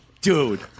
Dude